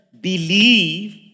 believe